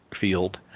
field